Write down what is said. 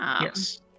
yes